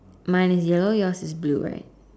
mine is yellow yours is blue right